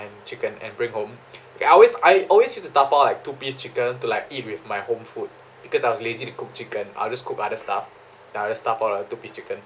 and chicken and bring home I always I always need to dabao like two piece chicken to like eat with my home food because I was lazy to cook chicken I'll just cook I'll just ta~ ya I'll just dabao the two piece chicken